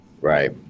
Right